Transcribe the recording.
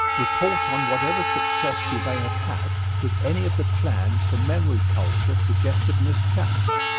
report on whatever success you may have had with any of the plans for memory culture suggested in this chapter.